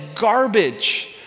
garbage